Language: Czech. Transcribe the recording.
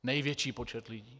Největší počet lidí.